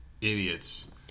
idiots